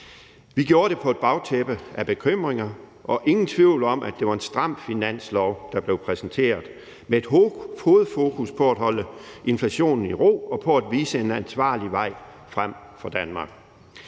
Vi gjorde det på et bagtæppe af bekymringer, og der er ingen tvivl om, at det var en stram finanslov, der blev præsenteret, med hovedfokus på at holde inflationen i ro og på at vise en ansvarlig vej frem for Danmark.